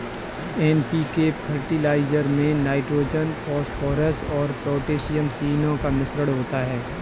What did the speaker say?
NPK fertiliser में nitrogen, phosphorus और potassium तीनों का मिश्रण होता है